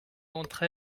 d’entre